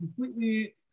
completely